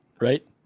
right